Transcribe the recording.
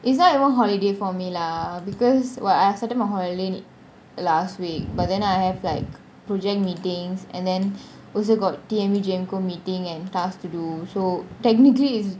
it's not even holiday for me lah because while I started my holiday last week but then I have like project meetings and then also got T_M_U G_M co~ meeting and tasks to do so technically is